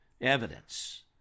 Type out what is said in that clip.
evidence